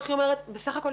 איך היא אומרת: בסך הכול,